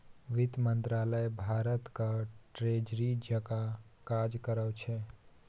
बित्त मंत्रालय भारतक ट्रेजरी जकाँ काज करै छै